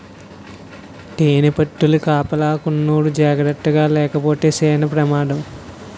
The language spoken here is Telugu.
తేనిపట్టుల కాపలాకున్నోడు జాకర్తగాలేపోతే సేన పెమాదం